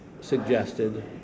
suggested